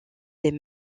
des